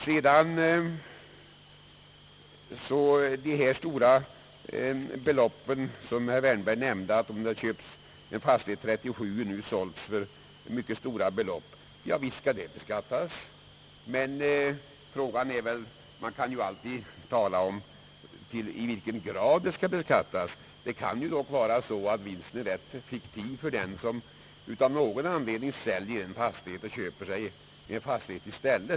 Herr Wärnberg nämnde som exempel att en fastighet som köpts år 1937 nu kunde säljas till ett mycket högt pris. Visst skall en sådan fastighet beskattas, men man kan ju alltid diskutera i vilken grad den skall beskattas. Vinsten kan ju dock vara rätt fiktiv för den, som av någon anledning säljer en fastighet och köper en annan fastighet i stället.